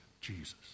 Jesus